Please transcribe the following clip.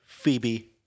Phoebe